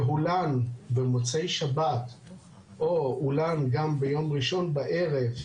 והוא לן במוצאי שבת או הוא לן גם ביום ראשון בערב,